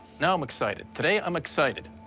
now i'm excited. today, i'm excited.